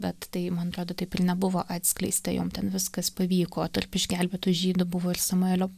bet tai mantrodo taip ir nebuvo atskleista jom ten viskas pavyko tarp išgelbėtų žydų buvo ir samuelio